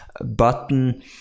button